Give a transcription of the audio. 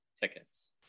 tickets